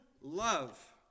love